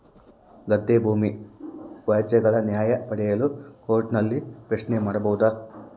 ಗದ್ದೆ ಭೂಮಿ ವ್ಯಾಜ್ಯಗಳ ನ್ಯಾಯ ಪಡೆಯಲು ಕೋರ್ಟ್ ನಲ್ಲಿ ಪ್ರಶ್ನೆ ಮಾಡಬಹುದಾ?